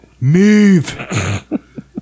move